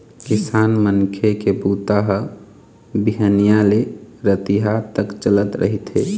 किसान मनखे के बूता ह बिहनिया ले रतिहा तक चलत रहिथे